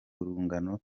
urungano